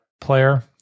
player